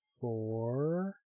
Four